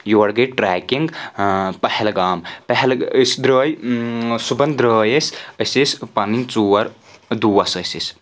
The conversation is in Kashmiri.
یور گٔیہِ ٹریکنگ پہلگام پہل أسۍ درٛاے صُبحن درٛاے أسۍ أسۍ ٲسۍ پنٕنۍ ژور دوس ٲسۍ أسۍ